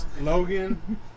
Logan